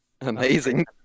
Amazing